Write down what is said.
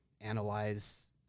analyze